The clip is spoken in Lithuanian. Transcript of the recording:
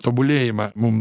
tobulėjimą mum